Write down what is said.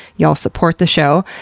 y'all support the show.